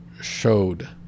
showed